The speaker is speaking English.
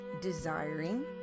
desiring